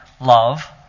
love